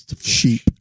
sheep